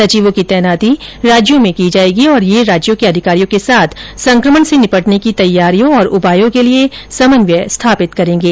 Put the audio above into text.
सचिवों की तैनाती राज्यों में की जाएगी और ये राज्यों के अधिकारियो के साथ संक्रमण से निपटने की तैयारियों और उपायों के लिए समन्वय स्थापित करेंगे